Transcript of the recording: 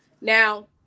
Now-